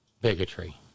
bigotry